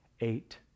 eight